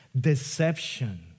deception